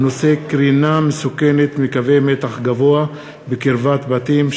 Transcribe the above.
בנושא: קרינה מסוכנת מקווי מתח גבוה בקרבת בתים.